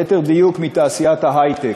ליתר דיוק מתעשיית ההיי-טק.